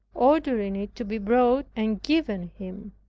ordering it to be brought and given him.